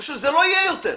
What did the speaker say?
פשוט זה לא יהיה יותר.